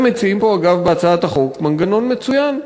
אתם מציעים בהצעת החוק מנגנון מצוין,